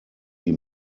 die